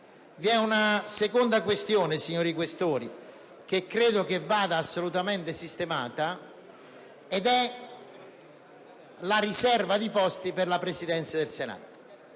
Vi è una seconda questione, signori Questori, che credo vada assolutamente sistemata ed è la riserva di posti per la Presidenza del Senato